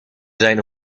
zijn